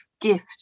gift